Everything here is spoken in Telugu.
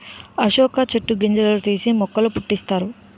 అశోక చెట్టు గింజలు తీసి మొక్కల పుట్టిస్తారు